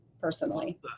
personally